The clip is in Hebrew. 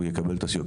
הוא יקבל את הסיוע.